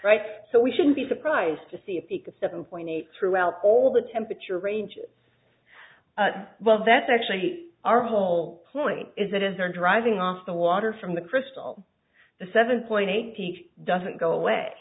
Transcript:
right so we shouldn't be surprised to see a peak of seven point eight throughout all the temperature range well that's actually our whole point is it is are driving off the water from the crystal the seven point eight feet doesn't go away